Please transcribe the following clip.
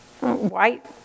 white